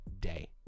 day